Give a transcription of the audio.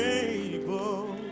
able